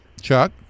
Chuck